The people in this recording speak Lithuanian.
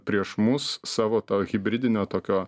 prieš mus savo to hibridinio tokio